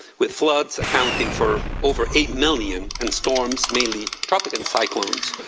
with floods accounting for over eight millions, and storms, mainly tropical cyclones,